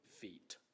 feet